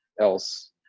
else